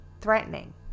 threatening